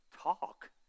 talk